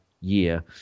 year